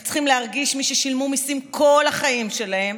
איך צריכים להרגיש מי ששילמו מיסים כל החיים שלהם